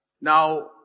Now